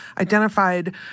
identified